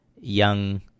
young